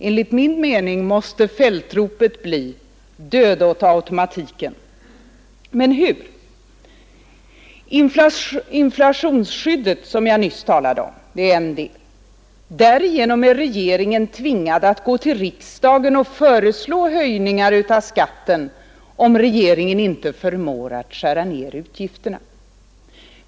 Enligt min mening måste fältropet bli: död åt automatiken! Men hur? Inflationsskyddet, som jag nyss talade om, är en del. Därigenom är regeringen tvingad att gå till riksdagen och föreslå höjningar av skatten, om regeringen inte förmår skära ner utgifterna.